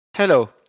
Hello